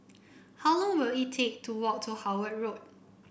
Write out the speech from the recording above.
how long will it take to walk to Howard Road